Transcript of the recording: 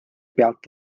pealt